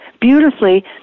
beautifully